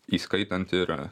įskaitant ir